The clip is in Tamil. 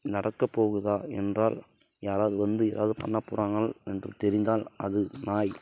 நடக்க போகுதா என்றால் யாராவது வந்து ஏதாவது பண்ண போறாங்கள் என்று தெரிந்தால் அது நாய்